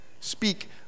Speak